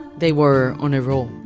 they were on a roll,